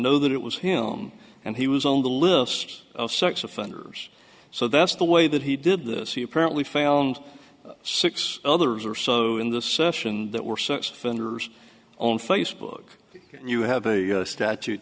know that it was him and he was on the list of sex offenders so that's the way that he did this he apparently found six others or so in this session that were sex offenders on facebook you have a statute